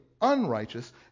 unrighteous